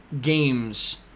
games